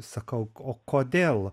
sakau o kodėl